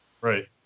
Right